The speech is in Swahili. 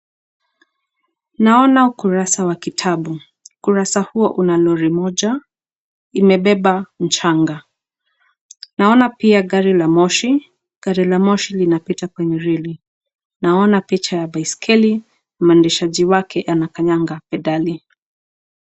Naona kurasa wa kitabu, kurasa huo una lori moja imebeba mchanga ,naona pia gari la moshi, gari la moshi linapita kwenye reli. Naona picha ya baiskeli mwendeshaji wake anakanyaga pedali.